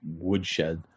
woodshed